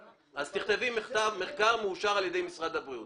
תכתבי מחקר מאושר על ידי משרד הבריאות.